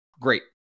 Great